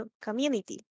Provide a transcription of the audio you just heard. community